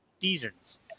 seasons